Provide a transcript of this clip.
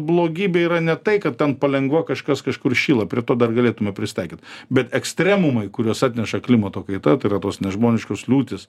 blogybė yra ne tai kad ten palengva kažkas kažkur šyla prie to dar galėtume prisitaikyt bet ekstremumai kuriuos atneša klimato kaita tai yra tos nežmoniškos liūtys